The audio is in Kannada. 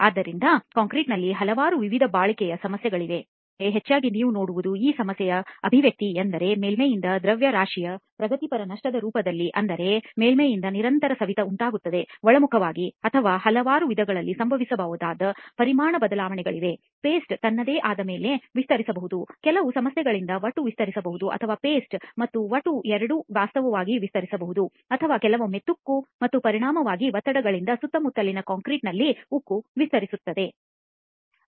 ಆದ್ದರಿಂದ ಕಾಂಕ್ರೀಟ್ ನಲ್ಲಿ ಹಲವಾರು ವಿಧದ ಬಾಳಿಕೆ ಸಮಸ್ಯೆಗಳಿವೆ ಆದರೆ ಹೆಚ್ಚಾಗಿ ನೀವು ನೋಡುವುದು ಈ ಸಮಸ್ಯೆಗಳ ಅಭಿವ್ಯಕ್ತಿ ಎಂದರೆ ಮೇಲ್ಮೈಯಿಂದ ದ್ರವ್ಯರಾಶಿಯ ಪ್ರಗತಿಪರ ನಷ್ಟದ ರೂಪದಲ್ಲಿ ಅಂದರೆ ಮೇಲ್ಮೈಯಿಂದ ನಿರಂತರ ಸವೆತ ಉಂಟಾಗುತ್ತದೆ ಒಳಮುಖವಾಗಿ ಅಥವಾ ಹಲವಾರು ವಿಧಗಳಲ್ಲಿ ಸಂಭವಿಸಬಹುದಾದ ಪರಿಮಾಣ ಬದಲಾವಣೆಗಳಿವೆ ಪೇಸ್ಟ್ ತನ್ನದೇ ಆದ ಮೇಲೆ ವಿಸ್ತರಿಸಬಹುದು ಕೆಲವು ಸಮಸ್ಯೆಗಳಿಂದಾಗಿ ಒಟ್ಟು ವಿಸ್ತರಿಸಬಹುದು ಅಥವಾ ಪೇಸ್ಟ್ ಮತ್ತು ಒಟ್ಟು ಎರಡೂ ವಾಸ್ತವವಾಗಿ ವಿಸ್ತರಿಸಬಹುದು ಅಥವಾ ಕೆಲವೊಮ್ಮೆ ತುಕ್ಕು ಮತ್ತು ಪರಿಣಾಮವಾಗಿ ಒತ್ತಡಗಳಿಂದಾಗಿ ಸುತ್ತಮುತ್ತಲಿನ ಕಾಂಕ್ರೀಟ್ನಲ್ಲಿ ಉಕ್ಕು ವಿಸ್ತರಿಸುತ್ತದೆ